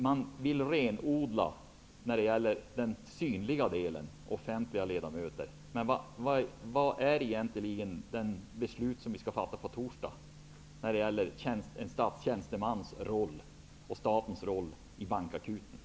Man vill renodla när det gäller den synliga delen, de offentliga företrädarna. Men vad är det egentligen för ett beslut som vi skall fatta på torsdag när det gäller statstjänstemännens och statens roll i fråga om